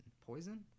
Poison